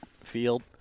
field